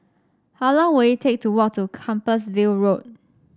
how long will it take to walk to Compassvale Road